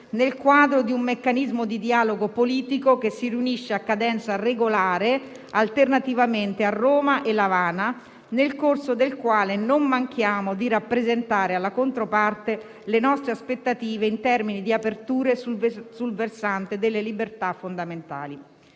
nel quadro di un meccanismo di dialogo politico che si riunisce a cadenza regolare alternativamente a Roma e L'Avana, nel corso del quale non manchiamo di rappresentare alla controparte le nostre aspettative in termini di aperture sul versante delle libertà fondamentali.